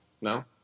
No